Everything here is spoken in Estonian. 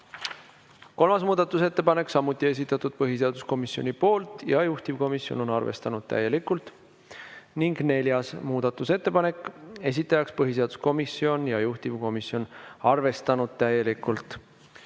Kolmas muudatusettepanek, samuti esitatud põhiseaduskomisjoni poolt ja juhtivkomisjon on arvestanud täielikult. Neljas muudatusettepanek, esitaja põhiseaduskomisjon ja juhtivkomisjon on arvestanud täielikult.